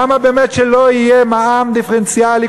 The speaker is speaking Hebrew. למה באמת שלא יהיה מע"מ דיפרנציאלי?